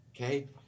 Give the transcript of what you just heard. Okay